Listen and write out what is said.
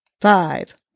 five